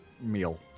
meal